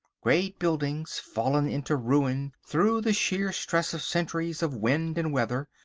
great buildings fallen into ruin through the sheer stress of centuries of wind and weather,